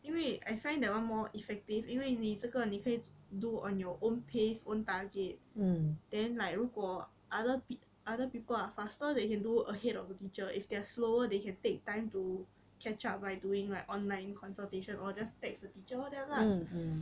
因为 I find that one more effective 因为你这个你可以 do on your own pace own target and then like 如果 other p~ other people are faster they can do ahead of the teacher if they are slower they can take time to catch up by doing like online consultation or just text the teacher all that lah